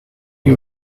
you